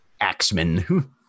Axeman